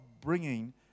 bringing